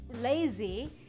lazy